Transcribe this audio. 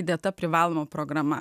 įdėta privaloma programa